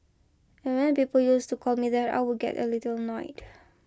and when people used to call me that I would get a little annoyed